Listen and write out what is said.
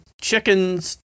chickens